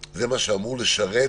זה מה שאמור לשרת